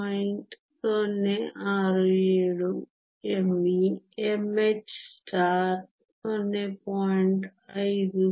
067 me mh ನಕ್ಷತ್ರವು 0